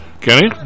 Kenny